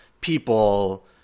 people